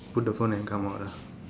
put the phone and come out ah